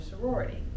sorority